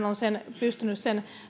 on pystynyt